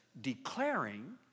declaring